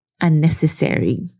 unnecessary